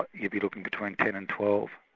but you'd be looking between ten and twelve.